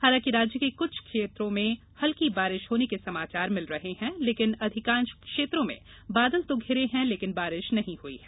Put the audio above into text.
हालांकि राज्य के कुछ क्षेत्रों में हल्की बारिश होने के समाचार मिल रहे हैं लेकिन अधिकांश क्षेत्रों में बादल तो घिरे हैं लेकिन बारिश नहीं हुई है